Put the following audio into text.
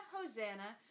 Hosanna